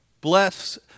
Bless